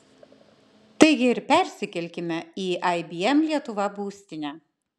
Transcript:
taigi ir persikelkime į ibm lietuva būstinę